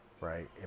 right